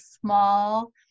small